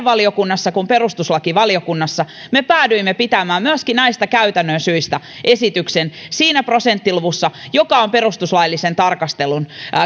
valiokunnassanne kuin perustuslakivaliokunnassa me päädyimme pitämään myöskin näistä käytännön syistä esityksen siinä prosenttiluvussa joka on perustuslaillisen tarkastelun